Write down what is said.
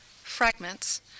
fragments